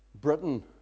Britain